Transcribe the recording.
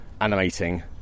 animating